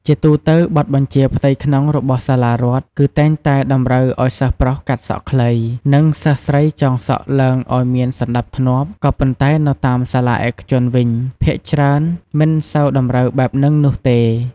ជាទូទៅ បទបញ្ជាផ្ទៃក្នុងរបស់សាលារដ្ខ គឺតែងតែតម្រូវអោយសិស្សប្រុសកាត់សក់ខ្លី និងសិស្សស្រីចងសក់ឡើងអោយមានសណ្តាប់ធ្នាប់ ក៏ប៉ុន្តែនៅតាមសាលាឯកជនវិញភាគច្រើនមិនសូវតម្រូវបែបនិងនោះទេ។